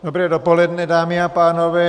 Dobré dopoledne, dámy a pánové.